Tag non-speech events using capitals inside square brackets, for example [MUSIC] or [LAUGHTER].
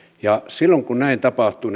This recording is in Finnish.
ja silloin kun näin tapahtuu [UNINTELLIGIBLE]